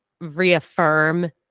reaffirm